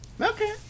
Okay